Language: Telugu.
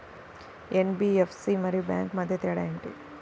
ఎన్.బీ.ఎఫ్.సి మరియు బ్యాంక్ మధ్య తేడా ఏమిటీ?